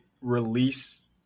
release